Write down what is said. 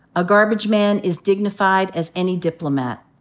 a garbage man is dignified as any diplomat.